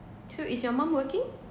so is your mum working